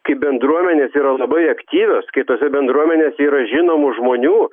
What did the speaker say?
kai bendruomenės yra labai aktyvios kai tose bendruomenėse yra žinomų žmonių